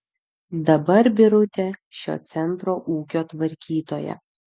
dabar birutė šio centro ūkio tvarkytoja